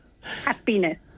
Happiness